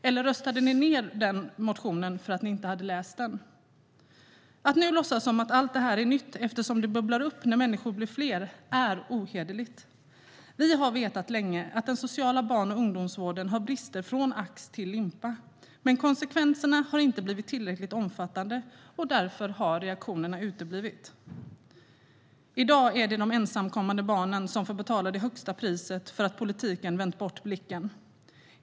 Eller röstande ni ned motionen för att ni inte hade läst den? Att nu låtsas som om allt det här är nytt eftersom det bubblar upp när människor blir fler är ohederligt. Vi har vetat länge att den sociala barn och ungdomsvården har brister från ax till limpa. Men konsekvenserna har inte blivit tillräckligt omfattande, och därför har reaktionerna uteblivit. I dag är det de ensamkommande barnen som får betala det högsta priset för att politiken vänt bort blicken.